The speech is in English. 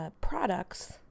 products